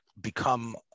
become